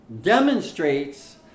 demonstrates